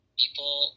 people